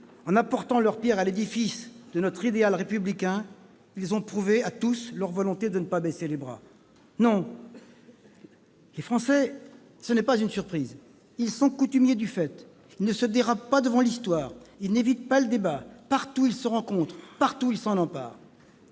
En apportant leur pierre à l'édifice de notre idéal républicain, ils ont prouvé à tous leur volonté de ne pas baisser les bras. Ce n'est pas une surprise : les Français sont coutumiers du fait. Ils ne se dérobent pas devant l'Histoire. Ils n'évitent pas le débat. Partout, ils se rencontrent. Partout, ils s'en emparent.